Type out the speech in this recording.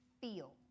feel